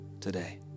today